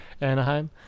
Anaheim